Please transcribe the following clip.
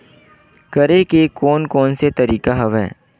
करे के कोन कोन से तरीका हवय?